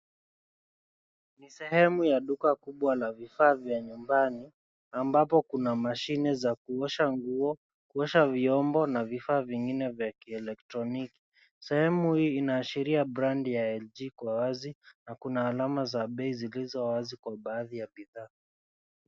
Ni sehemu ya duka kubwa la vifaa vya nyumbani, ambapo kuna mashine za kuosha nguo, kuosha vyombo na vifaa vingine vya kielektroniki. Sehemu hii inaashiria brand ya (cs)LG(cs) kwa wazi na kuna alama za bei zilizo wazi kwa baadhi ya bidhaa.